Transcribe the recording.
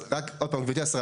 אז רק, עוד פעם, גברתי השרה.